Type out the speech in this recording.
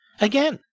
again